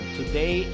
today